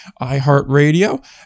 iHeartRadio